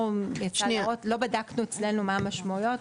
לא בדקנו אצלנו מה המשמעויות.